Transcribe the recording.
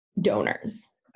donors